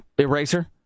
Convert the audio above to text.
eraser